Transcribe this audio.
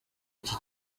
iki